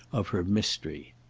of her mystery.